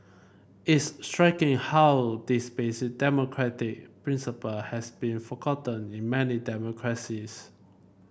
it's striking how this basic democratic principle has been forgotten in many democracies